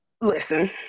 Listen